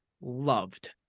loved